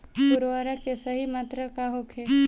उर्वरक के सही मात्रा का होखे?